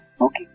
Okay